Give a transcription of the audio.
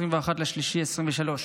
21 במרץ 2023,